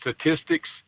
statistics